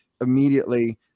immediately